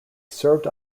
served